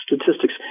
statistics